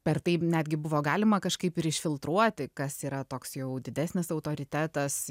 per tai netgi buvo galima kažkaip ir išfiltruoti kas yra toks jau didesnis autoritetas